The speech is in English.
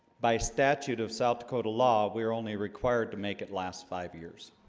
by statute of south dakota law we were only required to make it last five years